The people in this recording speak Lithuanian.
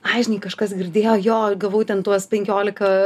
ai žinai kažkas girdėjo jo gavau ten tuos penkiolika